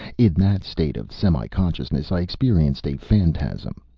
in that state of semiconsciousness, i experienced a phantasm.